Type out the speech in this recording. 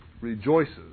rejoices